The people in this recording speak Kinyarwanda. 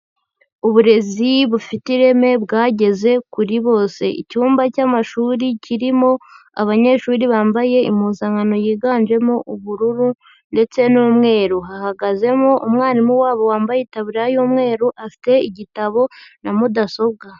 Uburezi bufite ireme bwageze kuri bose, icyumba cy'amashuri kirimo abanyeshuri bambaye impuzankano yiganjemo ubururu ndetse n'umweru, hahagazemo umwarimu wabo wambaye itaburiya y'umweru afite igitabo na mudasobwa.